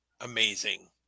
amazing